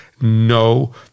No